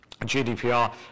GDPR